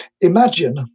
Imagine